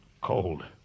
cold